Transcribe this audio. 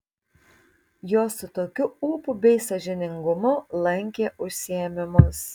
jos su tokiu ūpu bei sąžiningumu lankė užsiėmimus